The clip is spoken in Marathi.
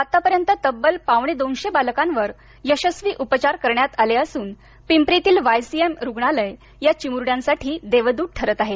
आत्तापर्यंत तब्बल पावणेदोनशे बालकांवर यशस्वी उपचार करण्यात आले असुन पिंपरीतलं वायसीएम रुग्णालय या चिमुरङ्यांसाठी देवदृत ठरत आहे